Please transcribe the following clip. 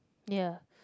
ya